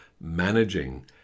managing